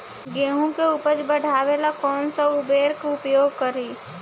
गेहूँ के उपज बढ़ावेला कौन सा उर्वरक उपयोग करीं?